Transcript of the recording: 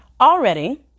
Already